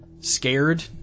scared